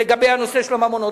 לגבי הנושא של ממונות,